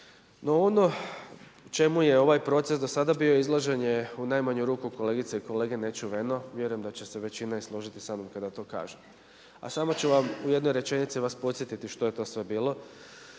No ono u čemu je ovaj proces do sada bio izložen je u najmanju ruku kolegice i kolege nečuveno, vjerujem da će se većina i složiti sa mnom kada to kažem, a samo ću vas u jednoj rečenici podsjetiti što je to sve bilo,